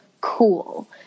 cool